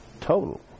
Total